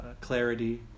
clarity